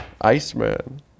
Iceman